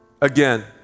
again